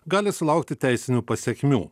gali sulaukti teisinių pasekmių